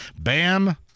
Bam